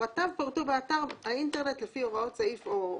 ופרטיו פורטו באתר האינטרנט לפי הוראות סעיף...".